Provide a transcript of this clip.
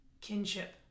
kinship